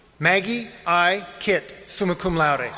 maggie i. kitt, summa cum laude.